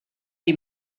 die